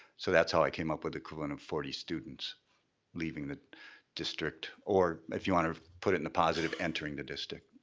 so that's how i came up with the equivalent of forty students leaving the district. or if you want to put it in the positive, entering the district.